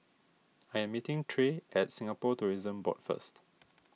I am meeting Tre at Singapore Tourism Board first